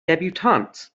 debutante